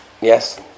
Yes